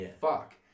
fuck